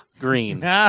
green